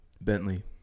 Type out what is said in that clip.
Bentley